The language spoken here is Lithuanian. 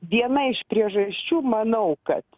viena iš priežasčių manau kad